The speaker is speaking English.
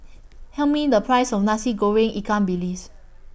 Tell Me The Price of Nasi Goreng Ikan Bilis